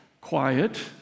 quiet